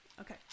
Okay